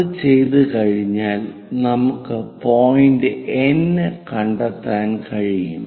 അത് ചെയ്തുകഴിഞ്ഞാൽ നമുക്ക് പോയിന്റ് N കണ്ടെത്താൻ കഴിയും